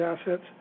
assets